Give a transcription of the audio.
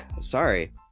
Sorry